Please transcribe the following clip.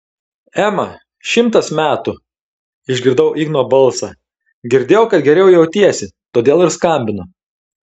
ema šimtas metų išgirdau igno balsą girdėjau kad geriau jautiesi todėl ir skambinu